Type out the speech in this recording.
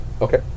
Okay